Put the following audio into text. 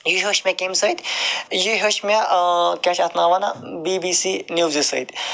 یہِ ہیٚوچھ مےٚ کمہ سۭتۍ یہِ ہیٚوچھ مےٚ کیاہ چھِ اتھ ناو ونان بی بی سی نِوزِ سۭتۍ